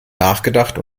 nachgedacht